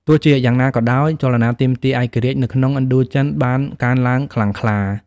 ទោះជាយ៉ាងណាក៏ដោយ ចលនាទាមទារឯករាជ្យនៅក្នុងឥណ្ឌូចិនបានកើនឡើងខ្លាំងក្លា។